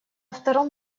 втором